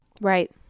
Right